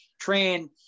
train